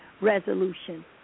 resolution